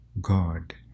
God